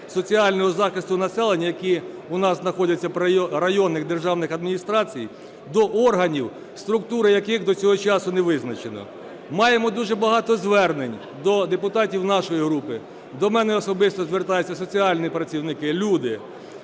соціального захисту населення, які у нас знаходяться при районних державних адміністраціях, до органів, структури яких до цього часу не визначено. Маємо дуже багато звернень до депутатів нашої групи. До мене особисто звертаються соціальні працівники, люди,